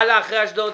הלאה, אחרי אשדוד.